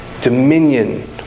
dominion